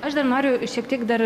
aš dar noriu šiek tiek dar